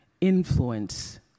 influence